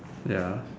ya